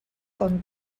con